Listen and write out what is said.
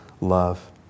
love